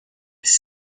des